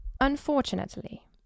Unfortunately